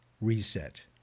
Reset